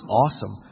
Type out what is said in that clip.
awesome